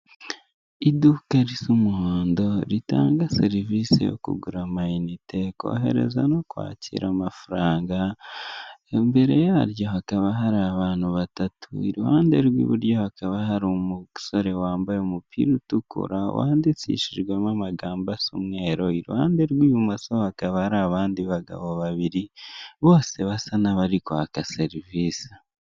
Iduka rrisa umuhondo ritanga serivisi yo kugura amayinite kohereza no kwakira amafaranga imbere yaryo hakaba hari abantu batatu, iruhande rw'iburyo hakaba hari umusore wambaye umupira utukura, wandikishijwemo amagambo asa umweru iruhande rw'ibumoso, hakaba hari abandi bagabo babiri bose basa n'abari kwaka serivisi.